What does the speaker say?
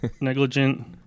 negligent